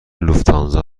لوفتانزا